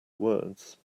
words